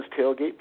tailgate